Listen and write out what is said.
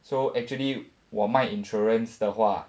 so actually 我卖 insurance 的话